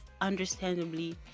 understandably